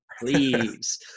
please